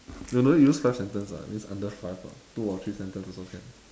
no no need to use first sentence lah means under five ah two or three sentence also can